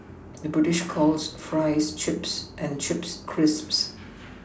the British calls Fries Chips and Chips Crisps